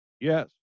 Yes